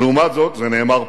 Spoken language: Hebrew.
לעומת זאת, זה נאמר פה,